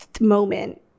moment